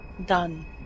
Done